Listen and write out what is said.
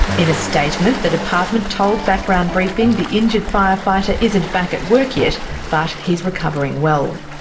in a statement, the department told background briefing the injured fire fighter isn't back at work yet but he's recovering well.